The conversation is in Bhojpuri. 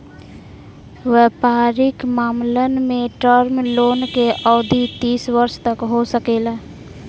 वयपारिक मामलन में टर्म लोन के अवधि तीस वर्ष तक हो सकेला